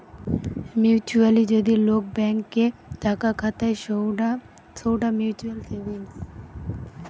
mutually যদি লোক bank এ টাকা খাতায় সৌটা মিউচুয়াল সেভিংস